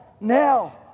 now